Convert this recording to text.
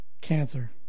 Cancer